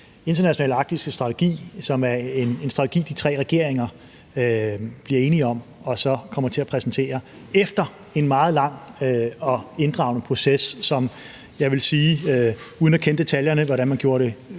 internationale arktiske strategi, som er en strategi, som de tre regeringer bliver enige om og så kommer til at præsentere efter en meget lang og inddragende proces. Jeg vil sige – uden at kende detaljerne om, hvordan man gjorde det